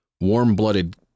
warm-blooded